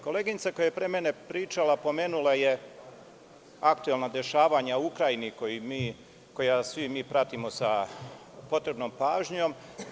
Koleginica koja je pre mene pričala, pomenula je aktuelna dešavanja u Ukrajini, koja svi mi pratimo sa potrebnom pažnjom.